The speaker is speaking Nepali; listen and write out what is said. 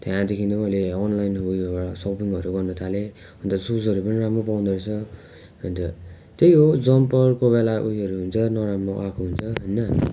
त्यहाँदेखि मैले नलाइन उयोबाट सपिङहरू गर्न थालेँ अन्त सुजहरू पनि राम्रो पाउँदोरहेछ अन्त त्यही हो जम्पर कोही बेला उयोहरू हुन्छ नराम्रो आएको हुन्छ होइन